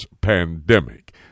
pandemic